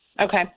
Okay